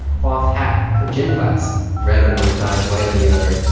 cloth hat for gym class red on one side, white on the other.